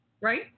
Right